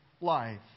life